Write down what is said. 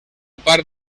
part